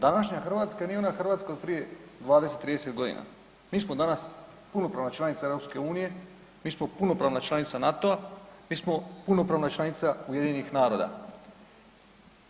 Današnja Hrvatska nije ona Hrvatska od prije 20, 30 godina, mi smo danas punopravna članica EU, mi smo punopravna članica NATO-a, mi smo punopravna članica UN-a.